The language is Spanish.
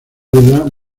variedad